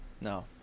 no